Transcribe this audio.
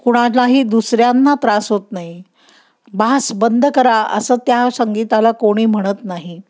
कुणालाही दुसऱ्यांना त्रास होत नाही बास बंद करा असं त्या संगीताला कोणी म्हणत नाही